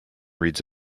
reads